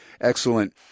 excellent